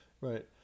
right